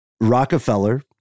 rockefeller